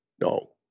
no